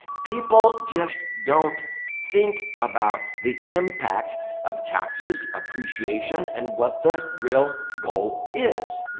people just don't think about the impact of taxes, appreciation, and what the real goal is.